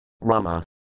Rama